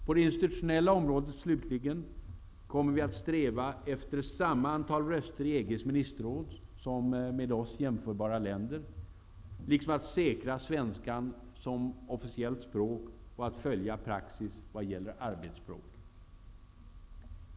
På det institutionella området slutligen kommer vi att sträva efter samma antal röster i EG:s ministerråd som med oss jämförbara länder, liksom vi kommer att säkra svenska språket som officiellt språk och följa praxis i vad gäller arbetsspråk.